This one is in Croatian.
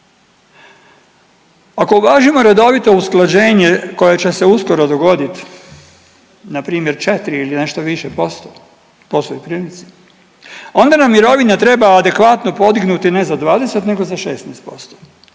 Ako uvažimo redovito usklađenje koje će se uskoro dogoditi npr. 4 ili nešto više posto po svojoj prilici onda nam mirovina treba adekvatno podignuti ne za 20 nego za 16%,